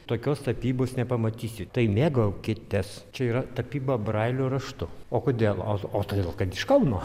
tokios tapybos nepamatysit tai mėgaukitės čia yra tapyba brailio raštu o kodėl o o todėl kad iš kauno